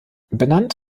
benannt